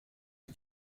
die